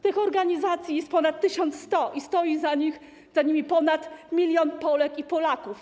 Tych organizacji jest ponad 1100 i stoi za nimi ponad 1 mln Polek i Polaków.